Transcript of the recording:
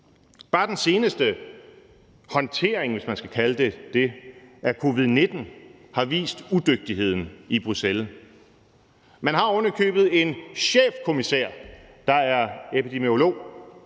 Bare den seneste håndtering, hvis man skal kalde den det, af covid-19 har vist udygtigheden i Bruxelles. Man har ovenikøbet en chefkommissær, der er epidemiolog.